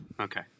Okay